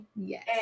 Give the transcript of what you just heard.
Yes